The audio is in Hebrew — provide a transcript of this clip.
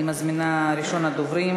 אני מזמינה את ראשון הדוברים,